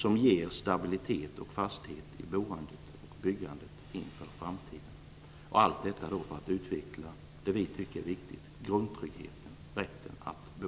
De ger stabilitet och fasthet i boendet och byggandet inför framtiden. Allt detta bör man göra för att utveckla det vi tycker är viktigt: grundtryggheten - rätten att bo.